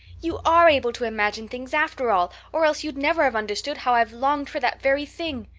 you are able to imagine things after all or else you'd never have understood how i've longed for that very thing.